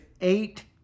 eight